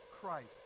Christ